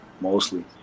mostly